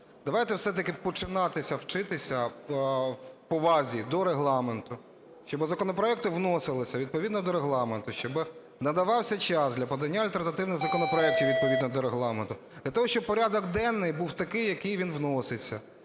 Давайте все-таки починати вчитися повазі до Регламенту, щоб законопроекти вносилися відповідно до Регламенту, щоб надавався час для подання альтернативних законопроектів відповідно до Регламенту, для того, щоб порядок денний був такий, який він вноситься.